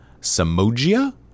Samogia